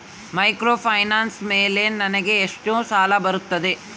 Microfinance ಮೇಲೆ ನನಗೆ ಎಷ್ಟು ಸಾಲ ಬರುತ್ತೆ?